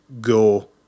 go